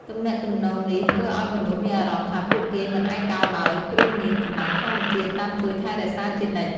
ទំនាក់ទំនងនេះធ្វើឱ្យមនុស្សមានអារម្មណ៍ថាពួកគេមិនឯកោឡើយ ព្រោះមាន "កម្លាំងធម្មជាតិ" តាមជួយថែរក្សាជានិច្ច។